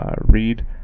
read